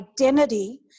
identity